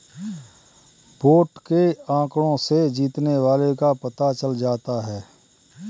vote के आंकड़ों से जीतने वाले का पता चल जाता है